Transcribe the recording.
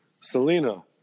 Selena